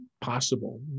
possible